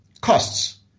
costs